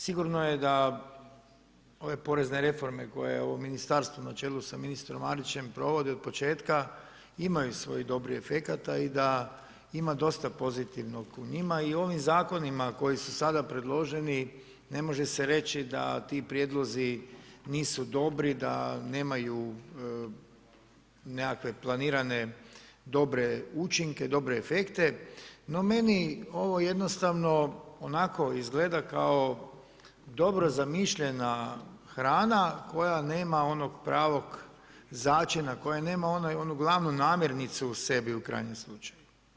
Sigurno je da ove porezne reforme koje je ovo ministarstvo na čelu s ministrom Marićem provode od početka, imaju svojih dobrih efekata i da ima dosta pozitivnog u njima, i ovim zakonima koji su sada predloženi, ne može se reći da ti prijedlozi nisu dobri, da nemaju nekakve planirane dobre učinke, dobre efekte, no meni ovo jednostavno onako izgled kao dobro zamišljena hrana koja nema onog pravog začina, koja nema onu glavnu namirnicu u sebi u krajnjem slučaju.